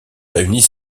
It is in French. réunit